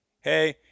hey